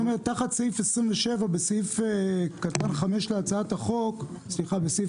תחת סעיף 27, בסעיף (5) להצעת החוק, בסעיף